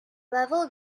level